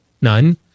None